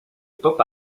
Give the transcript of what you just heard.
pop